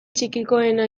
txikikoena